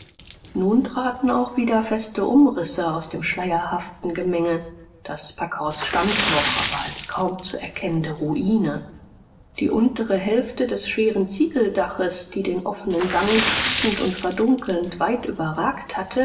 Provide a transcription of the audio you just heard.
nun traten auch wieder feste umrisse aus dem schleierhaften gemenge das packhaus stand noch aber als kaum zu erkennende ruine die untere hälfte des schweren ziegeldaches die den offenen gang schützend und verdunkelnd weit überragt hatte